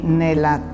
nella